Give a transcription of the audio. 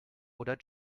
oder